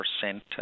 percent